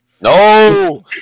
No